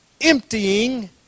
emptying